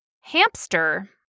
Hamster